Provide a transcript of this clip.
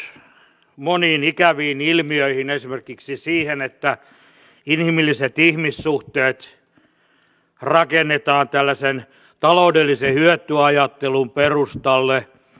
tämä on johtanut moniin ikäviin ilmiöihin esimerkiksi siihen että inhimilliset ihmissuhteet rakennetaan tällaisen taloudellisen hyötyajattelun perustalle